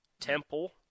Temple